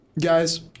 Guys